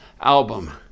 album